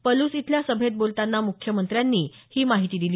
पलूस इथल्या सभेत बोलतांना मुख्यमंत्र्यांनी ही माहिती दिली